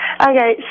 Okay